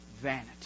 vanity